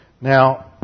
Now